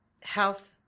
Health